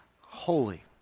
Holy